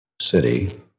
city